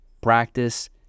practice